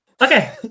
okay